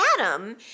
Adam